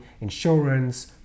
insurance